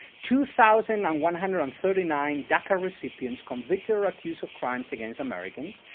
two thousand um one hundred and thirty nine daca recipients convicted or accused of crimes against americans.